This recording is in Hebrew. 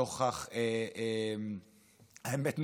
האמת,